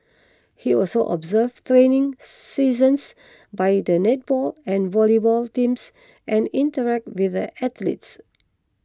he also observed training seasons by the netball and volleyball teams and interacted with the athletes